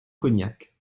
cognac